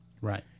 Right